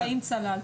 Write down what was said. אתה צודק.